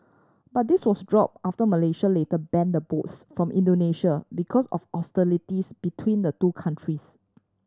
but this was dropped after Malaysia later banned the boats from Indonesia because of hostilities between the two countries